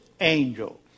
angel